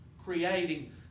creating